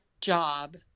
job